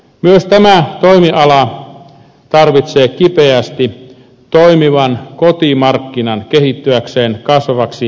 myös tämä toimiala tarvitsee kipeästi toimivan kotimarkkinan kehittyäkseen kasvavaksi vientialaksi